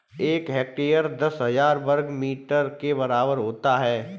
एक हेक्टेयर दस हजार वर्ग मीटर के बराबर होता है